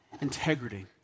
integrity